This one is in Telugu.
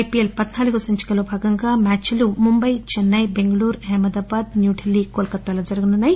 ఐపీఎల్ పధ్నాలుగు వ సంచికలో భాగంగా మ్యాచ్ లు ముంబై చెన్నై బెంగళూరు అహ్మదాబాద్ న్యూఢిల్లీ కోల్ కతాలో జరగనున్నాయి